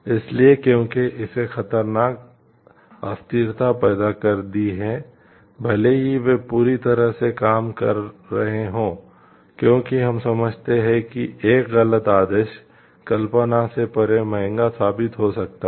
इसलिए क्योंकि इसने खतरनाक अस्थिरता पैदा कर दी है भले ही वे पूरी तरह से काम कर रहे हों क्योंकि हम समझते हैं कि एक गलत आदेश कल्पना से परे महंगा साबित हो सकता है